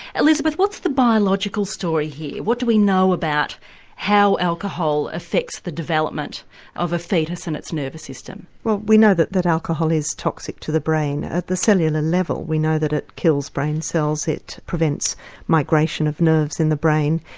elizabeth what's the biological story here, what do we know about how alcohol affects the development of a foetus and its nervous system? we know that that alcohol is toxic to the brain. at the cellular level we know that it kills brain cells, it prevents migration of nerves in the brain,